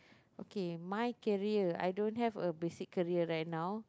okay mine career I don't have a basic career right now